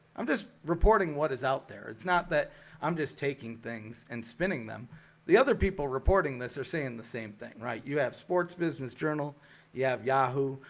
i'm just reporting. what is out there it's not that i'm just taking things and spinning them the other people reporting this they're saying the same thing right you have sports business journal you have yahoo!